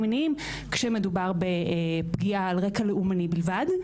מיניים כשמדובר בפגיעה על רקע לאומני בלבד.